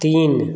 तीन